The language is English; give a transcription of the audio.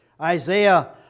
Isaiah